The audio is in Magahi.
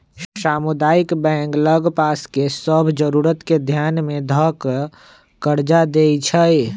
सामुदायिक बैंक लग पास के सभ जरूरत के ध्यान में ध कऽ कर्जा देएइ छइ